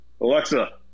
Alexa